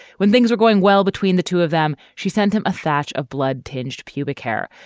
when things are going well between the two of them, she sent him a thatch of blood tinged pubic hair,